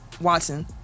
Watson